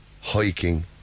hiking